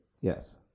Yes